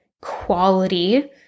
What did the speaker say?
quality